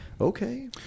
okay